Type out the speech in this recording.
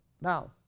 Now